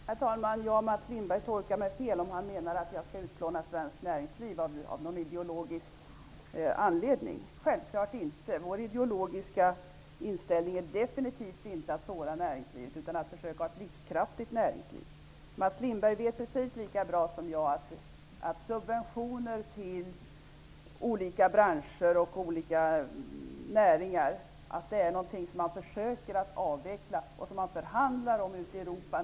Herr talman! Mats Lindberg tolkar mig fel, om han menar att jag av någon ideologisk anledning vill utplåna svenskt näringsliv. Självfallet är det inte så. Folkpartiets ideologiska inställning är absolut inte att såra svenskt näringsliv utan att försöka få ett livskraftigt sådant. Mats Lindberg vet precis lika bra som jag att man försöker nedbringa och avveckla subventioner till olika branscher och näringar för att få jämförliga villkor.